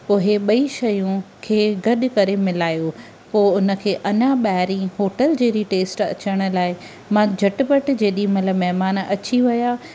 पोइ इहे ॿई शयूं खे गॾु करे मिलायो पोइ उनखे अञा ॿाहिरी होटल जहिड़ी टेस्ट अचण लाइ मां झटिपटि जेॾीमहिल महिमान अची विया